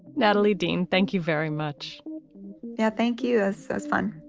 natalie deane thank you very much yeah thank you as as fun,